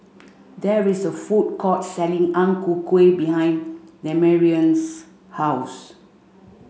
there is a food court selling Ang Ku Kueh behind Damarion's house